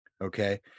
Okay